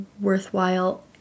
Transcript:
worthwhile